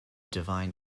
divine